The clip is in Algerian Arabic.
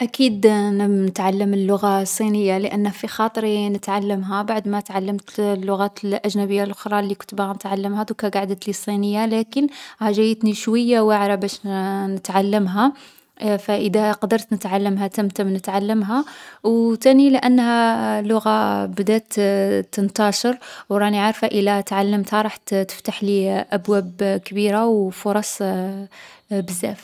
أكيد نـ نتعلّم اللغة الصينية لأنه في خاطري نتعلّمها بعدما تعلّمت اللغات الأجنبية لخرى لي كنت باغا نتعلّمها. ضركا قعدتلي الصينية، لكن راها جايتني شوية واعرة باش نتعلمها. فإذا قدرت نتعلمها تم تم نتعلمها، او تاني لأنها لغة بدات تنتشر و راني عارفة الا تعلمتها راح تـ تفتحلي أبواب كبيرة او فرص بزاف.